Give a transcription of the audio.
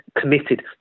committed